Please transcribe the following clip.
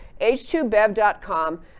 H2Bev.com